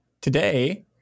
today